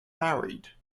married